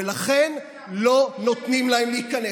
ולכן לא נותנים להם להיכנס.